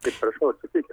tai prašau atsakyti